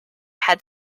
had